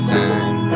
time